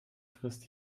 frisst